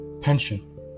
pension